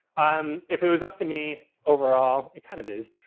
um if it was up to me, overall it kind of is,